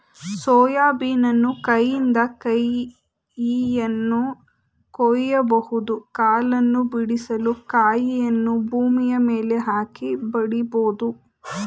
soya ಬೀನನ್ನು ಕೈಯಿಂದ ಕಾಯಿಯನ್ನು ಕೊಯ್ಯಬಹುದು ಕಾಳನ್ನು ಬಿಡಿಸಲು ಕಾಯಿಯನ್ನು ಭೂಮಿಯ ಮೇಲೆ ಹಾಕಿ ಬಡಿಬೋದು